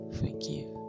forgive